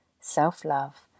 self-love